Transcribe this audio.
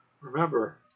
Remember